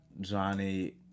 Johnny